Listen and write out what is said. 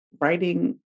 writing